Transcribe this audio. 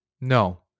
No